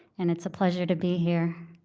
and it's a pleasure to be here.